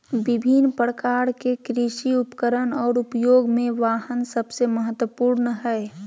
विभिन्न प्रकार के कृषि उपकरण और उपयोग में वाहन सबसे महत्वपूर्ण हइ